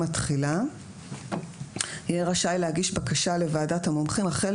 התחילה יהא רשאי להגיש בקשה לוועדת המומחים החל